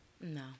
no